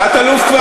תת-אלוף.